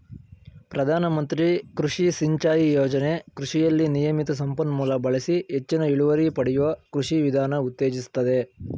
ಪ್ರಧಾನಮಂತ್ರಿ ಕೃಷಿ ಸಿಂಚಾಯಿ ಯೋಜನೆ ಕೃಷಿಯಲ್ಲಿ ನಿಯಮಿತ ಸಂಪನ್ಮೂಲ ಬಳಸಿ ಹೆಚ್ಚಿನ ಇಳುವರಿ ಪಡೆಯುವ ಕೃಷಿ ವಿಧಾನ ಉತ್ತೇಜಿಸ್ತದೆ